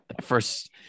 first